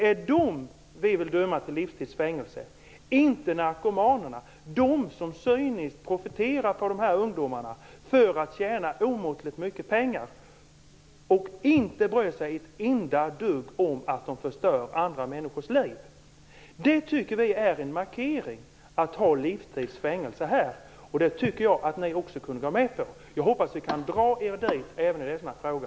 Det är dem vi vill döma till livstids fängelse, inte narkomanerna. Det är de som cyniskt profiterar på de här ungdomarna för att tjäna omåttligt mycket pengar och som inte bryr sig ett enda dugg om att de förstör andra människors liv. Vi tycker att det är en markering att ha livstids fängelse här. Jag tycker att ni också kunde gå med på det. Jag hoppas att vi kan dra er dit även i denna fråga.